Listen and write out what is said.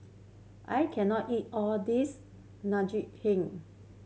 I can not eat all this